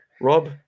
rob